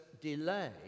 delay